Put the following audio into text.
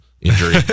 Injury